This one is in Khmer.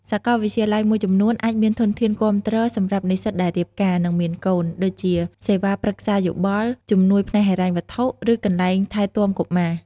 សាកលវិទ្យាល័យមួយចំនួនអាចមានធនធានគាំទ្រសម្រាប់និស្សិតដែលរៀបការ ឬមានកូន ដូចជាសេវាប្រឹក្សាយោបល់ ជំនួយផ្នែកហិរញ្ញវត្ថុ ឬកន្លែងថែទាំកុមារ។